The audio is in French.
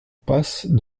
passe